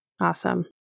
Awesome